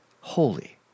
holy